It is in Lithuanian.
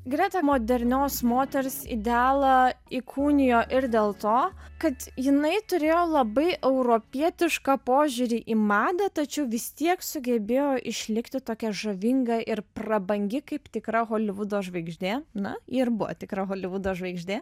greta modernios moters idealą įkūnijo ir dėl to kad jinai turėjo labai europietišką požiūrį į madą tačiau vis tiek sugebėjo išlikti tokia žavinga ir prabangi kaip tikra holivudo žvaigždė na ji ir buvo tikra holivudo žvaigždė